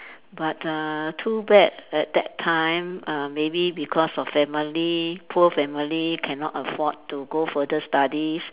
but uh too bad at that time uh maybe because of family poor family cannot afford to go further studies